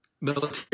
military